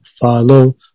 follow